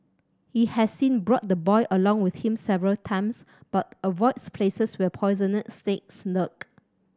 he has since brought the boy along with him several times but avoids places where poisonous snakes lurk